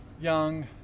young